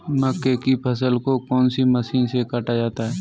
मक्के की फसल को कौन सी मशीन से काटा जाता है?